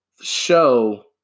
show